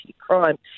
crime